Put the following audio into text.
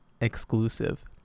exclusive